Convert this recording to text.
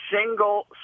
single